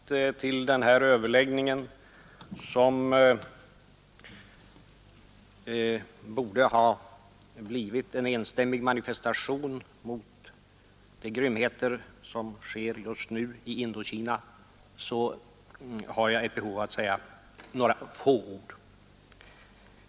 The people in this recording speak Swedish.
Herr talman! Efter att ha lyssnat till denna överläggning, som borde ha blivit en enstämmig manifestation mot de grymheter som sker just nu i Indokina, har jag ett behov av att säga några få ord.